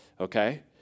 Okay